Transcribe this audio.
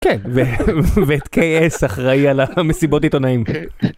כן, ואת KS אחראי על המסיבות עיתונאיים.